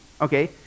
okay